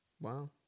Wow